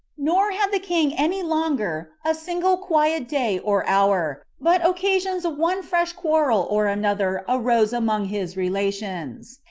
nor had the king any longer a single quiet day or hour, but occasions of one fresh quarrel or another arose among his relations,